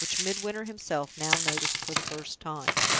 which midwinter himself now noticed for the first time.